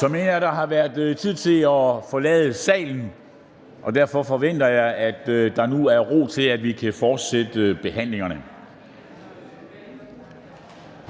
Så mener jeg, der har være tid til at forlade salen, og derfor forventer jeg, at der nu er ro til, at vi kan fortsætte behandlingerne.